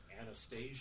Anastasia